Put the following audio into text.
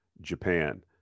Japan